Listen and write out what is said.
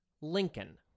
Lincoln